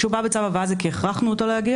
כשהוא בא בצו הבאה זה כי הכרחנו אותו להגיע,